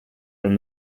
from